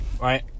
right